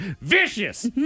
Vicious